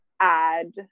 add